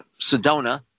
Sedona